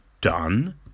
done